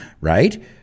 right